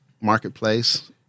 marketplace